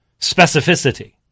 specificity